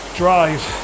drive